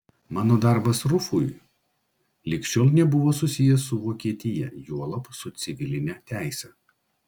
mano darbas rufui lig šiol nebuvo susijęs su vokietija juolab su civiline teise